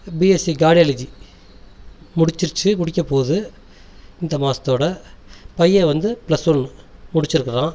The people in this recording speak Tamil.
பிஎஸ்சி கார்டியாலஜி முடிஞ்சிடுச்சு முடிக்க போகுது இந்த மாசத்தோட பையன் வந்து பிளஸ் ஒன் முடிச்சியிருக்கிறான்